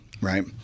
right